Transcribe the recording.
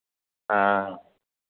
हँ